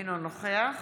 אינו נוכח